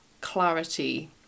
clarity